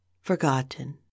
forgotten